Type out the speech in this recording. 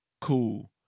Cool